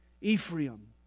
Ephraim